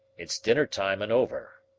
it's dinner time and over.